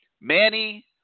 Manny